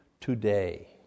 today